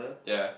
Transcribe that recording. ya